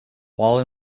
while